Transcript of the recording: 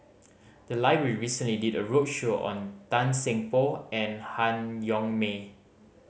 the library recently did a roadshow on Tan Seng Poh and Han Yong May